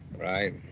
right.